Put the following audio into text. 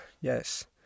Yes